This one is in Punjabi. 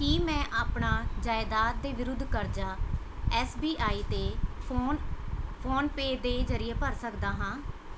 ਕੀ ਮੈਂ ਆਪਣਾ ਜਾਇਦਾਦ ਦੇ ਵਿਰੁੱਧ ਕਰਜ਼ਾ ਐੱਸ ਬੀ ਆਈ ਅਤੇ ਫੋਨ ਫੋਨਪੇ ਦੇ ਜ਼ਰੀਏ ਭਰ ਸਕਦਾ ਹਾਂ